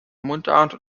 mundart